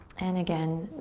and again,